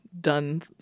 done